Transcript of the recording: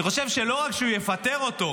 אני חושב שלא רק שהוא לא יפטר אותו,